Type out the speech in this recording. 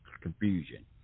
confusion